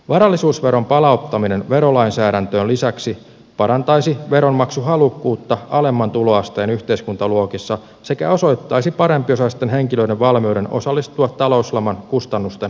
varallisuusveron palauttaminen verolainsäädäntöön lisäksi parantaisi veronmaksuhalukkuutta alemman tuloasteen yhteiskuntaluokissa sekä osoittaisi parempiosaisten henkilöiden valmiuden osallistua talouslaman kustannusten hoitoon